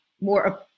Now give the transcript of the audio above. more